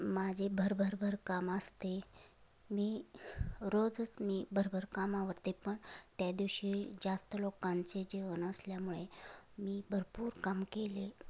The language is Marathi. माझे भरभरभर कामं असते मी रोजच मी भरभर काम आवरते पण त्या दिवशी जास्त लोकांचे जेवण असल्यामुळे मी भरपूर काम केले